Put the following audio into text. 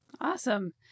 Awesome